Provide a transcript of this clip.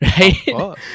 Right